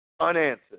unanswered